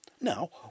now